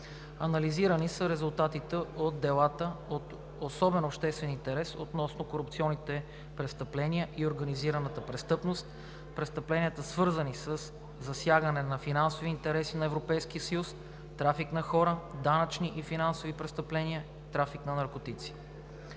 Анализирани са резултатите от делата от особен обществен интерес относно корупционните престъпления и организираната престъпност, престъпленията, свързани със засягане на финансови интереси на Европейския съюз, трафик на хора, данъчни и финансови престъпления, трафик на наркотици.